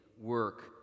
work